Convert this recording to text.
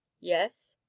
yes?